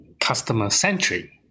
customer-centric